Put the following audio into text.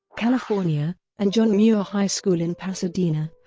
california, and john muir high school in pasadena,